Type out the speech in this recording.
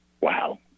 wow